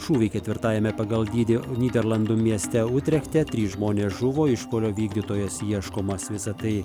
šūviai ketvirtajame pagal dydį nyderlandų mieste utrechte trys žmonės žuvo išpuolio vykdytojas ieškomas visa tai